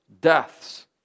deaths